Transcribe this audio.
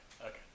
Okay